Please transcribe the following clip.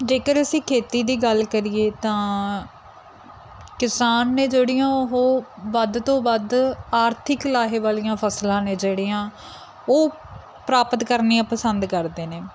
ਜੇਕਰ ਅਸੀਂ ਖੇਤੀ ਦੀ ਗੱਲ ਕਰੀਏ ਤਾਂ ਕਿਸਾਨ ਨੇ ਜਿਹੜੀਆਂ ਉਹ ਵੱਧ ਤੋਂ ਵੱਧ ਆਰਥਿਕ ਲਾਹੇ ਵਾਲੀਆਂ ਫਸਲਾਂ ਨੇ ਜਿਹੜੀਆਂ ਉਹ ਪ੍ਰਾਪਤ ਕਰਨੀਆਂ ਪਸੰਦ ਕਰਦੇ ਨੇ